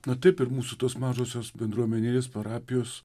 na taip ir mūsų tos mažosios bendruomeninės parapijos